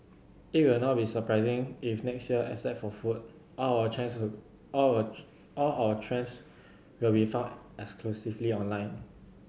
it will not be surprising if next year except for food all our all our all our trends will be found exclusively online